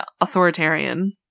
authoritarian